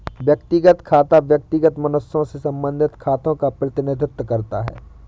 व्यक्तिगत खाता व्यक्तिगत मनुष्यों से संबंधित खातों का प्रतिनिधित्व करता है